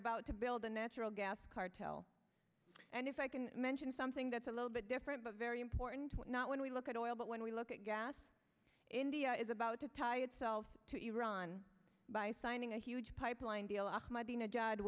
about to build a natural gas cartel and if i can mention something that's a little bit different but very important not when we look at all but when we look at gas india is about to tie itself to iran by signing a huge pipeline deal